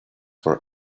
for